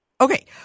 okay